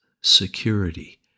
security